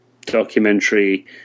documentary